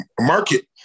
market